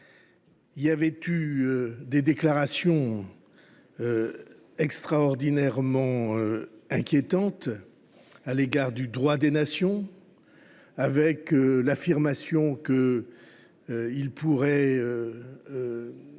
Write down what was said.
Il y avait eu des déclarations extraordinairement inquiétantes au regard du droit des nations, avec l’affirmation selon